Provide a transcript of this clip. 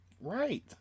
right